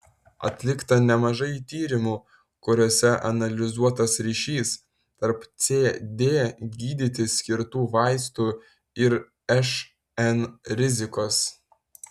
atlikta nemažai tyrimų kuriuose analizuotas ryšys tarp cd gydyti skirtų vaistų ir šn rizikos